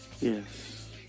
Yes